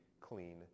clean